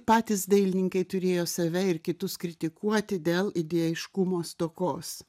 patys dailininkai turėjo save ir kitus kritikuoti dėl idėjiškumo stokos